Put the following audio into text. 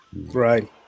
Right